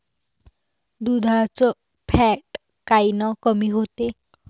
दुधाचं फॅट कायनं कमी होते?